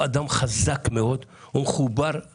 ביקשנו לפקח על כך שגוף מוסדי לא יוחזק על ידי